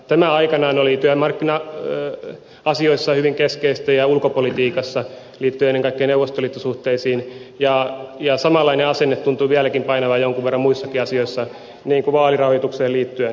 tämä aikanaan oli työmarkkina asioissa hyvin keskeistä ja ulkopolitiikassa liittyen ennen kaikkea neuvostoliitto suhteisiin ja samanlainen asenne tuntuu vieläkin painavan jonkun verran muissakin asioissa niin kuin vaalirahoitukseen liittyen